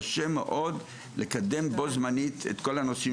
קשה מאוד לקדם בו-זמנית את כל הנושאים